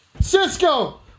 Cisco